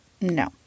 No